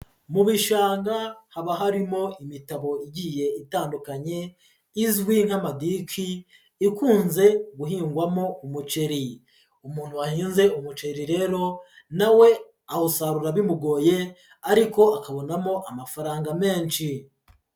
Mu bishanga haba harimo imitabo igiye itandukanye izwi nk'amadiki, ikunze guhingwamo umuceri, umuntu wahinze umuceri rero na we awusarura bimugoye ariko akabonamo amafaranga menshi.